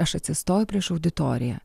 aš atsistoju prieš auditoriją